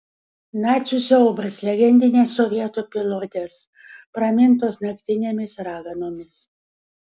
nacių siaubas legendinės sovietų pilotės pramintos naktinėmis raganomis